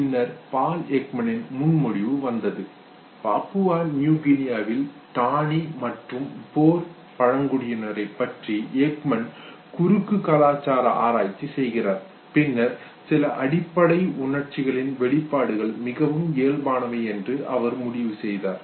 பின்னர் பால் எக்மானின் முன்மொழிவு வந்தது பப்புவா நியூ கினியாவின் டானி மற்றும் ஃபோர் பழங்குடியினரைப் பற்றி எக்மன் குறுக்கு கலாச்சார ஆராய்ச்சி செய்கிறார் பின்னர் சில அடிப்படை உணர்ச்சிகளின் வெளிப்பாடுகள் மிகவும் இயல்பானவை என்று அவர் முடிவு செய்தார்